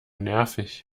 nervig